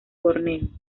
borneo